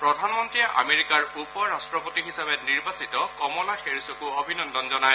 প্ৰধানমন্ত্ৰীয়ে আমেৰিকাৰ উপ ৰট্টপতি হিচাবে নিৰ্বাচিত কমলা হেৰিচকো অভিনন্দন জনায়